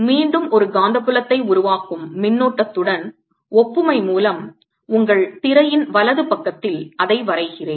மீண்டும் ஒரு காந்தப் புலத்தை உருவாக்கும் மின்னோட்டத்துடன் ஒப்புமைமூலம் உங்கள் திரையின் வலது பக்கத்தில் அதை வரைகிறேன்